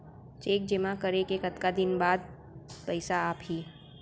Cheque जेमा करे के कतका दिन बाद पइसा आप ही?